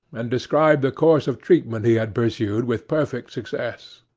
and described the course of treatment he had pursued with perfect success.